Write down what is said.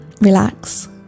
relax